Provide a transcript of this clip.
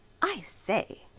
i say!